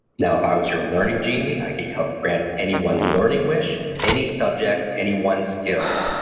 now, if i was your learning genie, i could help grant any one learning wish, any subject, any one skill,